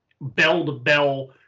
bell-to-bell